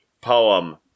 poem